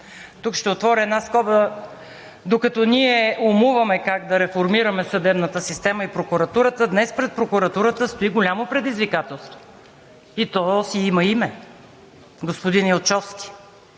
Тук ще отворя една скоба: докато ние умуваме как да реформираме съдебната система и прокуратурата, днес пред прокуратурата стои голямо предизвикателство, и то си има име – господин Илчовски.